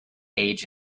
age